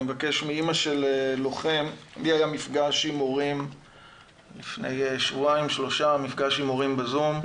לי היה מפגש עם הורים לפני שבועיים-שלושה בזום,